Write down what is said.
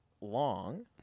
long